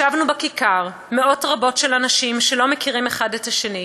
ישבנו בכיכר מאות רבות של אנשים שלא מכירים אחד את השני,